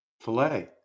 filet